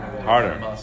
Harder